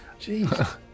Jeez